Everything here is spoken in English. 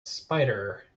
spider